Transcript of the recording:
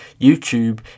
YouTube